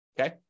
okay